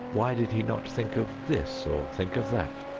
why did he not think of this or think of that?